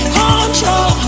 control